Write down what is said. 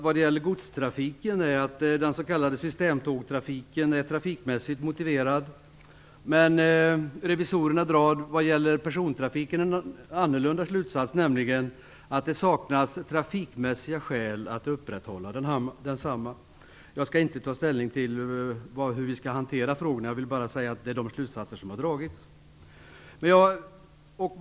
Vad gäller persontrafiken drar revisorerna en annan slutsats, nämligen att det saknas trafikmässiga skäl att upprätthålla den. Jag skall inte ta ställning till hur vi skall hantera frågorna. Jag vill bara säga att det är de slutsatser man har dragit.